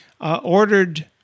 Ordered